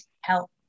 help